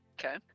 Okay